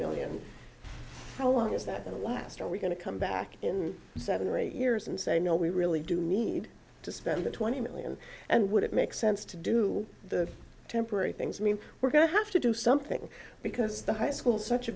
million how long is that the last are we going to come back in seven or eight years and say no we really do need to spend the twenty million and would it make sense to do the temporary things i mean we're going to have to do something because the high school such a